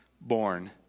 born